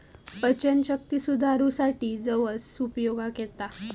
पचनशक्ती सुधारूसाठी जवस उपयोगाक येता